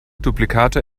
duplikate